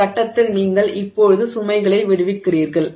இந்த கட்டத்தில் நீங்கள் இப்போது சுமைகளை விடுவிக்கிறீர்கள்